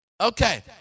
Okay